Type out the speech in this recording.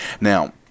now